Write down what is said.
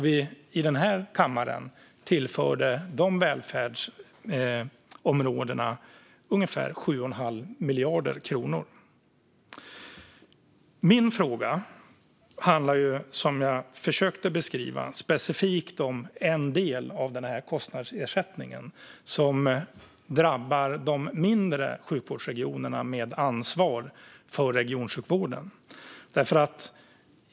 Vi i denna kammare tillförde dessa välfärdsområden ungefär 7 1⁄2 miljard kronor. Min fråga handlar, som jag försökte beskriva, specifikt om en del av kostnadsersättningen där de mindre sjukvårdsregionerna med ansvar för regionsjukvården drabbas.